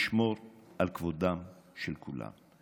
לשמור על כבודם של כולם.